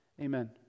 Amen